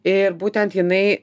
ir būtent jinai